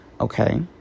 okay